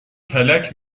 کلک